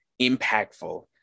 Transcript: impactful